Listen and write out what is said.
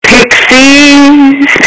Pixies